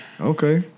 Okay